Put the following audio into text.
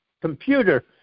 computer